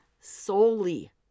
solely